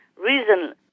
reason